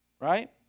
right